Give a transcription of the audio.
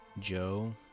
Joe